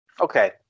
okay